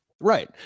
Right